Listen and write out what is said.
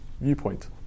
viewpoint